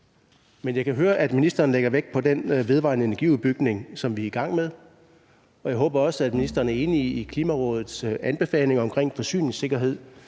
men jeg kan høre, at ministeren lægger vægt på den vedvarende energi-udbygning, som vi er i gang med, og jeg håber også, at ministeren er enig i Klimarådets anbefalinger omkring forsyningssikkerhed,